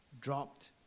dropped